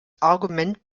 argument